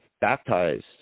baptized